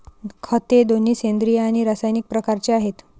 खते दोन्ही सेंद्रिय आणि रासायनिक प्रकारचे आहेत